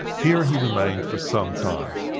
here he remained for some time.